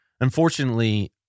Unfortunately